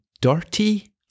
dirty